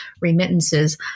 remittances